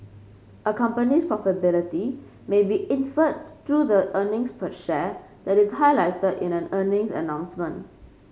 a company's profitability may be inferred through the earnings per share that is highlighted in an earnings announcement